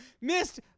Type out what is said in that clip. Missed